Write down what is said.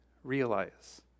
Realize